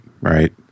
right